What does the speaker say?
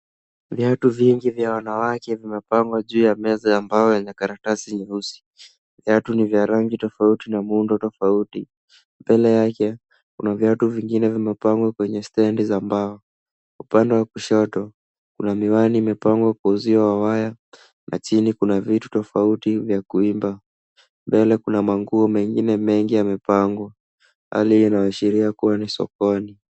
Viatu vingi vya wanawake vimepangwa juu ya meza ya mbao yenye karatasi nyeusi. Viatu ni vya rangi tofauti na muundo tofauti. Mbele yake kuna viatu vingine vimepangwa kwenye stendi za mbao. Upande wa kushoto kuna miwani imepangwa kwa uzio wa waya na chini kuna vitu tofauti vya kuimba. Mbele kuna manguo mengine mengi yamepangwa. Hali hii inaashiria kuwa ni sokoni.